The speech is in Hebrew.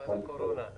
כשתסיים הקורונה נבוא.